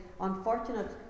unfortunate